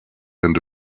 and